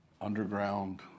underground